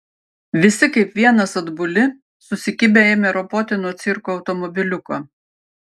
visi kaip vienas atbuli susikibę ėmė ropoti nuo cirko automobiliuko